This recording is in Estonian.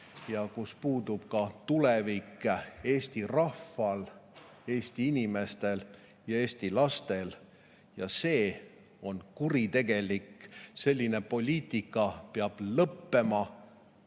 ja kus puudub ka tulevik Eesti rahval, Eesti inimestel ja Eesti lastel. See on kuritegelik, selline poliitika peab lõppema.